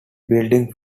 building